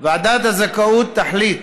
ועדת הזכאות תחליט